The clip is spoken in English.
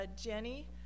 Jenny